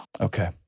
Okay